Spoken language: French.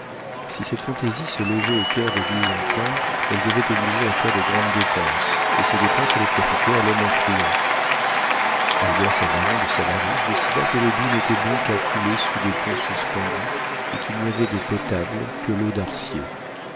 si cette fantaisie se logeait au coeur des bisontins elle devait obliger à faire de grandes dépenses et ces dépenses allaient profiter à l'homme influent albert savaron de savarus décida que le doubs n'était bon qu'à couler sous des ponts suspendus et qu'il n'y avait de potable que l'eau d'arcier